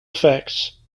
effects